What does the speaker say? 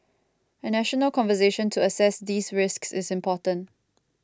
a national conversation to assess these risks is important